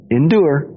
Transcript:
endure